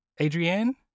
adrienne